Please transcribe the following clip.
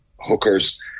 hookers